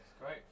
great